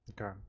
Okay